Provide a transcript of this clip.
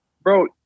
bro